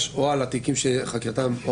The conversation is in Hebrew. יש על התיקים שחקירתם,